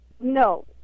No